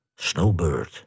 Snowbird